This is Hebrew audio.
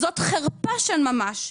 זאת חרפה של ממש.